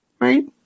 right